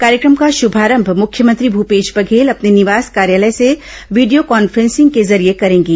कार्यक्रम का शुभारंभ मुख्यमंत्री भूपेश बघेल अपने निवास कार्यालय से वीडियो कॉन्फ्रेंसिंग के जरिये करेंगे